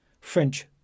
French